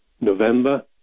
November